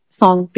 song